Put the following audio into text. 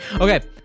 Okay